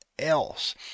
else